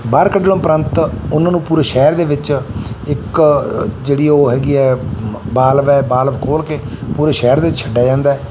ਬਾਹਰ ਕੱਢਣ ਉਪਰੰਤ ਉਹਨਾਂ ਨੂੰ ਪੂਰੇ ਸ਼ਹਿਰ ਦੇ ਵਿੱਚ ਇੱਕ ਜਿਹੜੀ ਉਹ ਹੈਗੀ ਹੈ ਬਾਲਵ ਹੈ ਬਾਲਵ ਖੋਲ੍ਹ ਕੇ ਪੂਰੇ ਸ਼ਹਿਰ ਦੇ ਛੱਡਿਆ ਜਾਂਦਾ